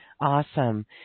Awesome